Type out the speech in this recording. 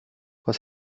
was